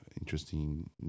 interesting